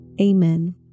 Amen